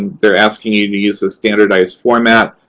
and they're asking you to use a standardized format.